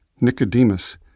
Nicodemus